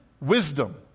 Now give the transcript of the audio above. wisdom